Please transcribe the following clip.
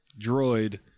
droid